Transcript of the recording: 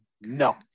no